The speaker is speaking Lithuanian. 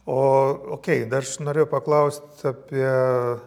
o okei dar aš norėjau paklaust apie